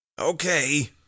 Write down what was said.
Okay